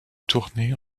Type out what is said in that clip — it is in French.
tourné